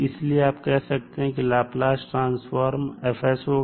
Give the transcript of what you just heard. इसलिए आप कह सकते हैं कि इसका लाप्लास ट्रांसफॉर्म F होगा